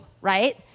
right